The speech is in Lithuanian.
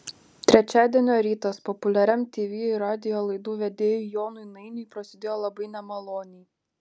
trečiadienio rytas populiariam tv ir radijo laidų vedėjui jonui nainiui prasidėjo labai nemaloniai